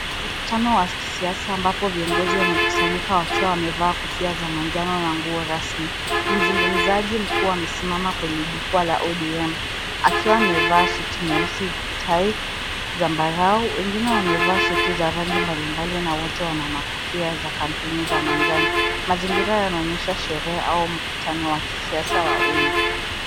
Mkutano wa kisiasa ambapo viongozi wamekusanyika wakiwa wamevaa kofia za manjano na nguo rasmi. Mzungumzaji mkuu amesimama kwenye jukwaa la ODM, akiwa amevaa suti nyeusi tai zambarau. Wengine wamevaa suti za rangi mbalimbali na wote wana makofia za kampuni za manjano. Mazingira yanaonyesha sherehe au mkutano wa kisiasa wa umma.